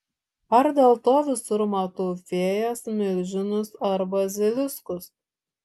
ar dėl to visur matau fėjas milžinus ar baziliskus